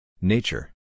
Nature